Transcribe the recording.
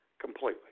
completely